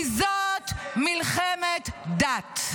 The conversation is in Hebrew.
כי זאת מלחמת דת.